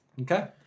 okay